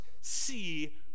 see